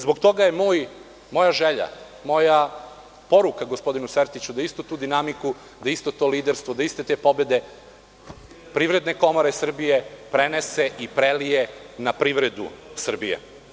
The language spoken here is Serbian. Zbog toga je moja želja, moja poruka gospodinu Sertiću da istu tu dinamiku, da isto to liderstvo, da iste te pobede Privredne komore Srbije prenese i prelije na privredu Srbije.